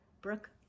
Brooke